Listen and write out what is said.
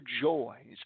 joys